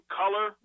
color